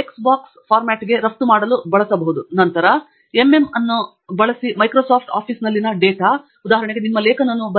X ಬಾಕ್ಸ್ ಫಾರ್ಮ್ಯಾಟ್ಗೆ ರಫ್ತು ಮಾಡಲು ಬಳಸಬಹುದು ಮತ್ತು ನಂತರ ಎಮ್ಎಮ್ ಅನ್ನು ಬಳಸಿ ಮೈಕ್ರೋಸಾಫ್ಟ್ ಆಫೀಸ್ನಲ್ಲಿನ ಡೇಟಾ ಉದಾಹರಣೆಗೆ ನಿಮ್ಮ ಲೇಖನವನ್ನು ಬರೆಯಲು